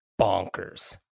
bonkers